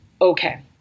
okay